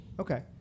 Okay